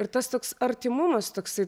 ir tas toks artimumas toksai